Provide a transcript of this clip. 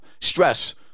stress